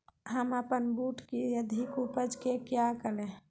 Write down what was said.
हम अपन बूट की अधिक उपज के क्या करे?